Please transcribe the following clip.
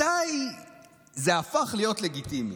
מתי זה הפך להיות לגיטימי,